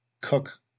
Cook